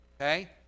Okay